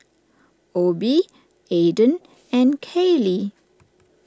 Obie Ayden and Kayley